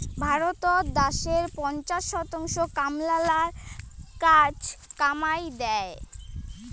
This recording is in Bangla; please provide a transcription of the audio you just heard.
ভারতত দ্যাশের পঞ্চাশ শতাংশ কামলালার কাজ কামাই দ্যায়